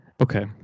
Okay